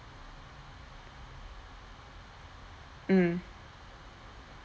mm